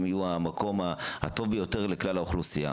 יהיו המקום הטוב ביותר לכלל האוכלוסייה.